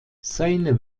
seine